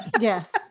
yes